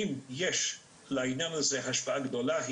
אם יש לעניין הזה השפעה גדולה,